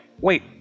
wait